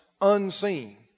unseen